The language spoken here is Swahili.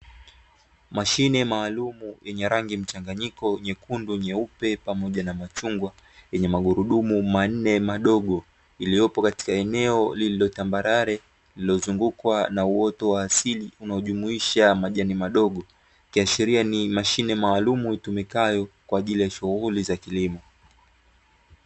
Mashine maalumu yenye rangi mchanganyiko nyekundu, nyeupe, pamoja na machungwa, yenye magurudumu manne madogo iliyopo katika eneo lililo tambarare lilo zungukwa na uoto wa asili unao jumuisha majani madogo ikiashiria ni mashine maalumu itumikayo kwaajili ya shughuli za kilimo.